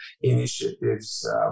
initiatives